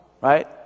right